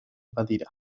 badira